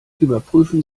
überprüfen